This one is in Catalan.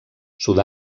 sud